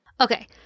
Okay